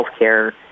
healthcare